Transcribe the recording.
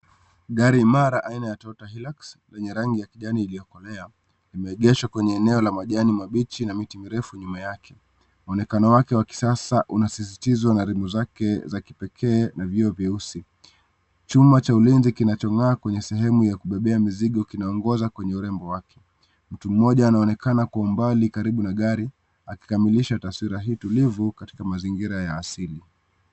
Gari imara aina ya Total Hilux zenye rangi ya kijani iliyokolea vimeegeshwa kwenye eneo vya majani mabichi na mti mirefu nyuma yake mwonekano wake wa kisasa unasisitizwa na rimu za kipekee na vyuo vyeusi chuma cha ulinzi kinachong'aa kwenye sehemu ya kubebea mizigo kinaongoza kwenye urembo wake. Mtu mmoja anaonekana kwa umbali karibu na gari akikamilisha taswira hii tulivu katika mazingira ya asili.